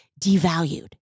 devalued